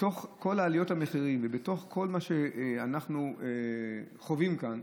בתוך כל עליות המחירים ובתוך כל מה שאנחנו חווים כאן,